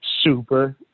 super